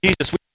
Jesus